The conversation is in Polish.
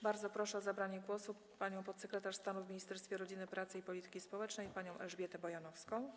Bardzo proszę o zabranie głosu podsekretarz stanu w Ministerstwie Rodziny, Pracy i Polityki Społecznej panią Elżbietę Bojanowską.